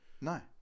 No